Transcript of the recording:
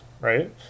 right